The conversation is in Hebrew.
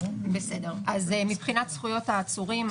מבחינת זכויות העצורים,